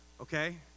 Okay